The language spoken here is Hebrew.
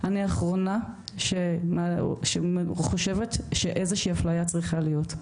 אני האחרונה שחושבת שאיזושהי אפליה צריכה להיות,